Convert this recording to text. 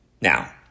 Now